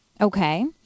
Okay